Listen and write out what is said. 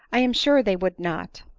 i am sure they would not.